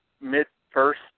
mid-first